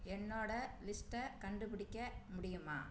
என்னோட லிஸ்ட்டை கண்டுபிடிக்க முடியுமா